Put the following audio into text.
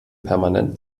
permanent